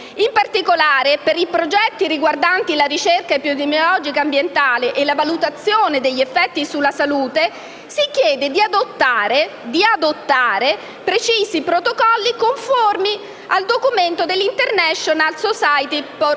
In particolare, per i progetti riguardanti la ricerca epidemiologica ambientale e la valutazione degli effetti sulla salute, si chiede di adottare precisi protocolli conformi al documento dell'International society for